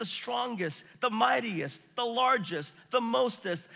ah strongest, the mightiest, the largest, the most-est,